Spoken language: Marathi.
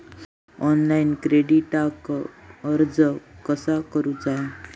ऑनलाइन क्रेडिटाक अर्ज कसा करुचा?